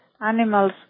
animals